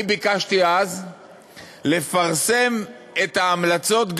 אני ביקשתי אז לפרסם את ההמלצות,